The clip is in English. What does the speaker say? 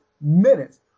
minutes